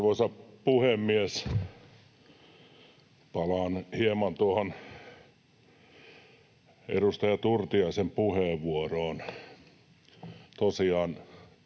Arvoisa puhemies! Palaan hieman tuohon edustaja Turtiaisen puheenvuoroon.